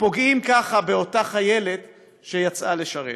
פוגעים ככה באותה חיילת שיצאה לשרת.